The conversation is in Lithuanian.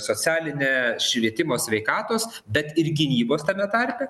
socialinė švietimo sveikatos bet ir gynybos tame tarpe